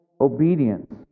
obedience